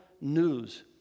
news